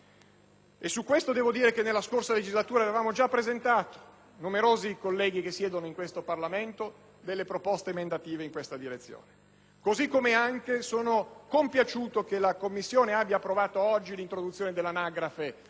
risultati positivi. Nella scorsa legislatura avevamo già presentato, con numerosi colleghi che siedono in Parlamento, proposte emendative in questa direzione. Sono altrettanto compiaciuto che la Commissione abbia approvato oggi l'introduzione dell'anagrafe